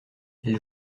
elle